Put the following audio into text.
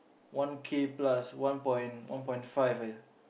one K plus one point one point five I